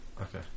okay